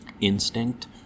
instinct